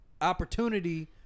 opportunity